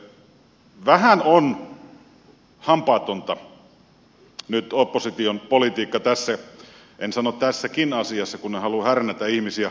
mutta vähän on hampaatonta nyt opposition politiikka tässä asiassa en sano tässäkin asiassa kun en halua härnätä ihmisiä